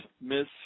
miss